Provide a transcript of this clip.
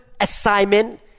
assignment